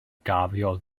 gario